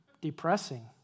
depressing